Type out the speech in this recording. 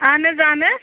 اہن حَظ اہَن حَظ